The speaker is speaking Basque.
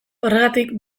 horregatik